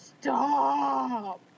stop